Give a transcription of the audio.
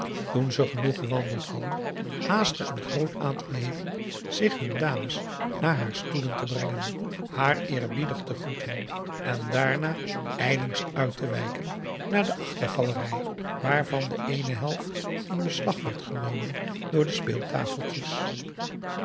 ze genoeg gewandeld hadden haastte een groot aantal heeren zich hun dames naar haar stoelen te brengen haar eerbiedig te groeten en daarna ijlings uit te wijken naar de achtergalerij waarvan de eene helft in beslag werd genomen door de